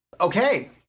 okay